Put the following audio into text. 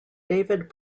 david